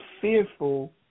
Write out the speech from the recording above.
fearful